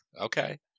Okay